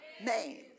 Name